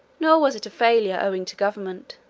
nor was its failure owing to government